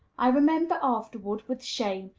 i remembered afterward, with shame,